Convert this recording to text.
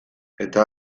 eta